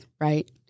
Right